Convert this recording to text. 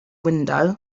window